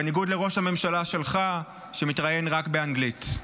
בניגוד לראש הממשלה שלך, שמתראיין רק באנגלית.